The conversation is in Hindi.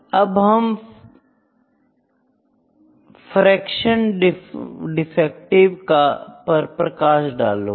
अब हम फ्रॅक्शन डिफेक्टिव पर प्रकाश डालूगा